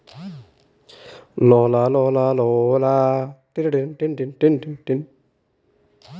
ಅರ್ಜೆಂಟ್ಗೆ ಲೋನ್ ಸಿಗ್ಲಿಕ್ಕೆ ಎನಾದರೂ ದಾರಿ ಉಂಟಾ